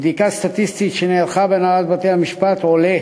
מבדיקה סטטיסטית שנערכה בהנהלת בתי-המשפט עולה